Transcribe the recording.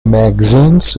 magazines